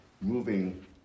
moving